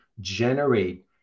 generate